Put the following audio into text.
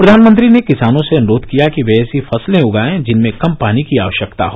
प्रधानमंत्री ने किसानों से अनुरोध किया कि वे ऐसी फसलें उगाएं जिनमें कम पानी की आवश्यकता हो